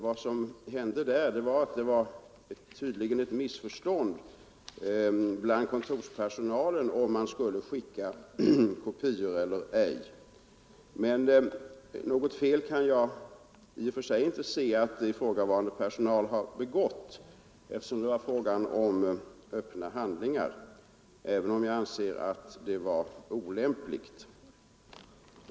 Vad som hände där var att kontorspersonalen missförstod bestämmelserna och trodde att man skulle skicka kopior till säkerhetspolisen. Något fel kan jag emellertid i och för sig inte se att ifrågavarande personal har begått, eftersom det var fråga om öppna handlingar, även om jag anser att det var olämpligt.